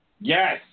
Yes